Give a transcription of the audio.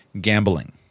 gambling